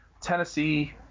Tennessee